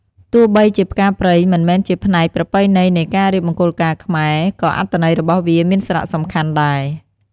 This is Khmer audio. ទោះបីជាផ្កាព្រៃមិនមែនជាផ្នែកប្រពៃណីនៃការរៀបមង្គលការខ្មែរ ក៏អត្ថន័យរបស់វាមានសារៈសំខាន់ដែរ។